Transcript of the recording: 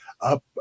up